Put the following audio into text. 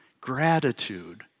gratitude